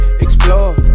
explore